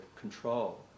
control